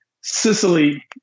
Sicily